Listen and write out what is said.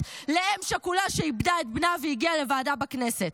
לאם שכולה שאיבדה את בנה והגיעה לוועדה בכנסת.